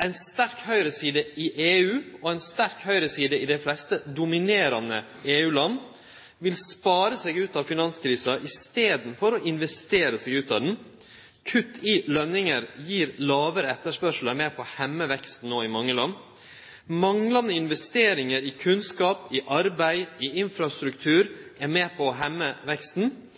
ei sterk høgreside i EU og ei sterk høgreside i dei fleste dominerande EU-land vil spare seg ut av finanskrisa i staden for å investere seg ut av henne. Kutt i lønningar gir lågare etterspørsel og er med på å hemme veksten i mange land. Manglande investeringar i kunnskap, i arbeid, i infrastruktur er med på å hemme veksten,